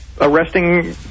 arresting